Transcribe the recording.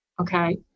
Okay